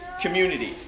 community